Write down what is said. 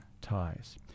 ties